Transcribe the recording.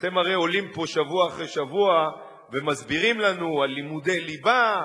אתם הרי עולים פה שבוע אחרי שבוע ומסבירים לנו על לימודי ליבה,